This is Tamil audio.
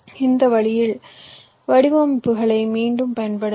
இந்த வழியில் வடிவமைப்புகளை மீண்டும் பயன்படுத்தலாம்